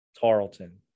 Tarleton